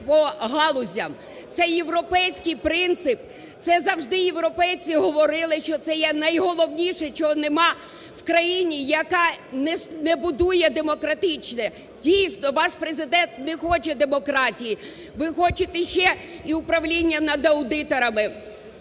по галузях. Це європейський принцип, це завжди європейці говорили, що це є найголовніше чого немає в країні, яка не будує демократичне. Дійсно, ваш Президент не хоче демократії ви хочете ще і управління над аудиторами.